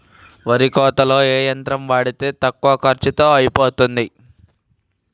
వరి కోతకి ఏ యంత్రం వాడితే తక్కువ ఖర్చులో అయిపోతుంది?